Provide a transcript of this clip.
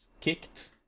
kicked